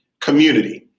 community